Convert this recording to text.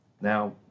Now